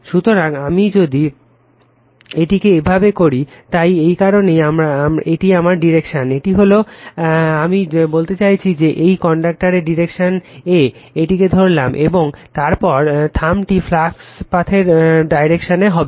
সুতরাং যদি আমি এটিকে এভাবে করি তাই এই কারণেই এটি আমার ডিরেকশনে এটি হল মানে আমি বলতে চাইছি যে এটি কারেন্টের ডিরেকশন এ এটিকে ধরলাম এবং তারপর এই থাম্বটি ফ্লাক্স পাথের ডাইরেকশন হবে